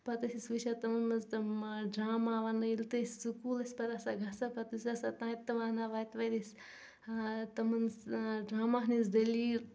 پتہٕ ٲسۍ أسۍ وِچھان تِمن منٛز تِمہٕ ڈراما ونان ییٚلہِ تُہۍ سکول ٲسۍ پتہٕ ٲسۍ آسان گژھان تتہِ تہٕ ونان وتہِ وتہِ ٲسۍ تِمن ڈراماہن ہِنٛز دٔلیل